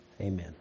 Amen